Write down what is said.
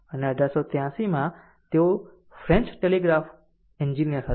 અને 1883 માં તેઓ ફ્રેન્ચ ટેલિગ્રાફ એન્જિનિયર હતા